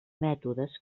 mètodes